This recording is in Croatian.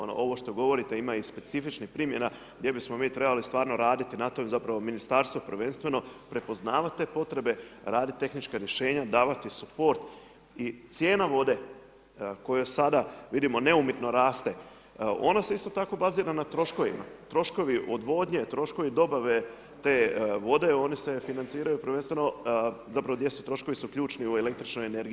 Ono što govorite ima i specifičnih primjena gdje bismo mi trebali stvarno raditi na tome i zapravo ministarstvo prvenstveno prepoznavat te potrebe, raditi tehnička rješenja, davati suport i cijena vode koja sada vidimo neumjetno raste ona se isto tako bazira na troškovima, troškovi odvodnje, troškovi dobave te vode oni se financiraju prvenstveno, zapravo gdje su troškovi su ključni u električnoj energiji.